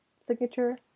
signature